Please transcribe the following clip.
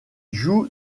joue